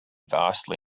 vastly